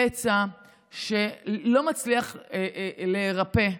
פצע שלא מצליח להירפא,